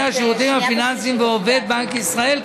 השירותים הפיננסיים ועובד בנק ישראל,